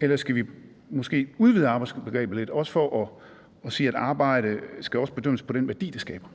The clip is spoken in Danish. eller skal vi måske udvide arbejdsbegrebet lidt, også for at sige, at arbejde også skal bedømmes på den værdi, det skaber?